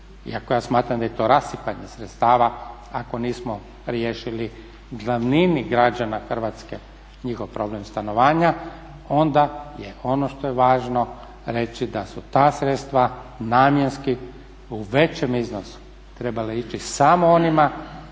iako ja smatram da je to rasipanje sredstava ako nismo riješili glavnini građana Hrvatske njihov problem stanovanja, onda je ono što je važno reći da su ta sredstva namjenski u većem iznosu trebale ići samo onima